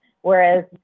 Whereas